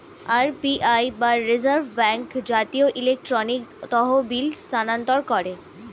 RBI বা reserve bank জাতীয় electronic তহবিল স্থানান্তর করে